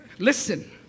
Listen